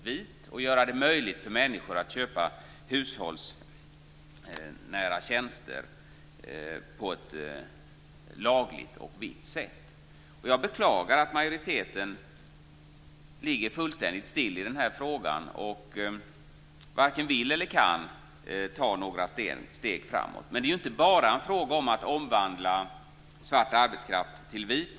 Det skulle göra det möjligt för människor att köpa hushållsnära tjänster på ett lagligt och vitt sätt. Jag beklagar att majoriteten ligger fullständigt still i den här frågan och varken vill eller kan ta några steg framåt. Men detta är inte bara en fråga om att omvandla svart arbetskraft till vit.